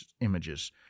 images